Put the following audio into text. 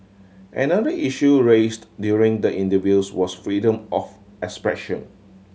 another issue raised during the interviews was freedom of expression